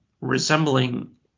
resembling